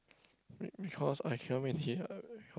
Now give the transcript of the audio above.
be~ because I cannot wait here